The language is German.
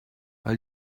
weil